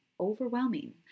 overwhelming